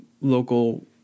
local